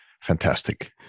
fantastic